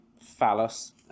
phallus